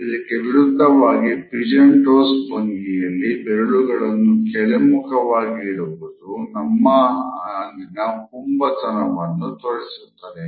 ಇದಕ್ಕೆ ವಿರುದ್ಧವಾಗಿ pigeon toes ತೋರಿಸುತ್ತದೆ